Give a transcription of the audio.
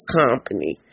company